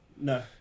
no